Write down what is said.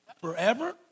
Forever